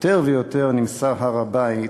יותר ויותר נמסר הר-הבית